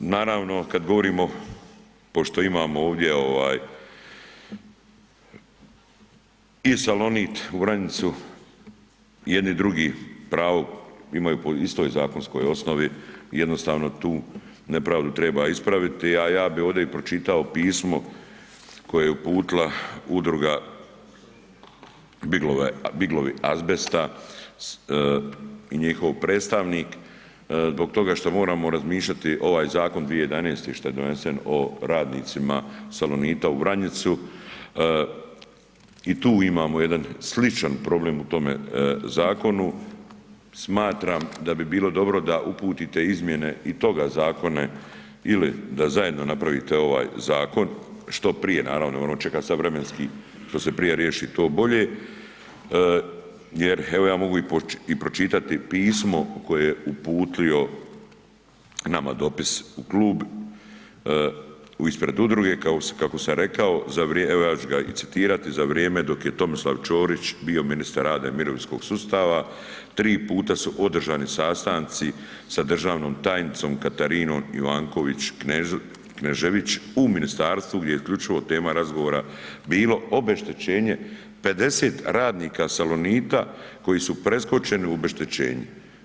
Naravno, kad govorimo, pošto imamo ovdje ovaj i Salonit u Vranjicu i jedni drugi pravo imaju po istoj zakonskoj osnovi, jednostavno tu nepravdu treba ispraviti, a ja bi ovdje i pročitao pismo koje je uputila Udruga Biglovi azbesta i njihov predstavnik zbog toga što moramo razmišljati, ovaj zakon 2011. što je donesen o radnicima Salonita u Vranjicu i tu imamo jedan sličan problem u tome zakonu, smatram da bi bilo dobro da uputite izmjene i toga zakona ili da zajedno napravite ovaj zakon što prije, naravno, ono čeka sad vremenski što se prije riješi, to bolje jer evo ja mogu i pročitati pismo koje je uputio nama dopis u klub ispred udruge, kako sam rekao za, evo, ja ću ga i citirati za vrijeme, dok je Tomislav Čorić bio ministar rada i mirovinskog sustava, 3 puta su održani sastanci sa državnom tajnicom Katarinom Ivanković Knežević u ministarstvu gdje isključivo tema razgovora bilo obeštećenje 50 radnika Salonita koji su preskočeni u obeštećenju.